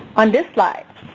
on this slide,